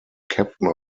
captain